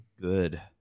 Good